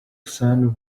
son